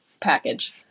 package